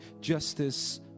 justice